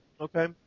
Okay